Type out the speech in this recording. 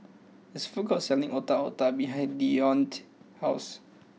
there is a food court selling Otak Otak behind Deonte's house